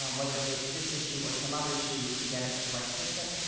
um whether it's this issue or some other issue, we can get it to the right person.